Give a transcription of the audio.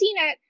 CNET